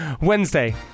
Wednesday